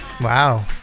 Wow